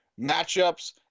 matchups